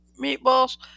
Meatballs